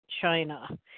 China